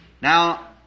Now